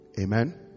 Amen